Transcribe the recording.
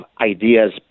ideas